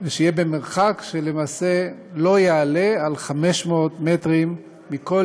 ויהיה במרחק שלא יעלה על 500 מטרים מכל